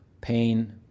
Pain